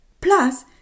Plus